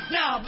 Now